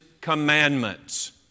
commandments